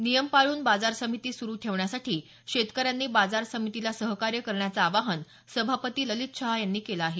नियम पाळून बाजार समिती सुरु ठेवण्यासाठी शेतकऱ्यांनी बाजार समितीला सहकार्य करण्याच आवाहन बाजार समितीचे सभापती ललित शहा यांनी केलं आहे